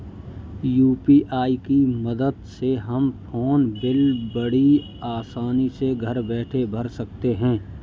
UPI की मदद से हम फ़ोन बिल बड़ी आसानी से घर बैठे भर सकते हैं